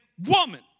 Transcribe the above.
woman